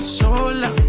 Sola